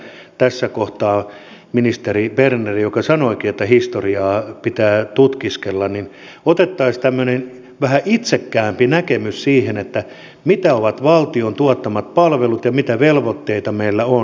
minä olisin toivonut että kun tässä kohtaa ministeri berner sanoikin että historiaa pitää tutkiskella niin otettaisiin tämmöinen vähän itsekkäämpi näkemys siihen mitä ovat valtion tuottamat palvelut ja mitä velvoitteita meillä on